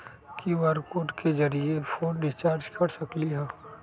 QR code के जरिय phone recharge कर सकली ह?